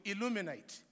illuminate